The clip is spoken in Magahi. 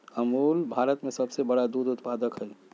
अमूल भारत में सबसे बड़ा दूध उत्पादक हई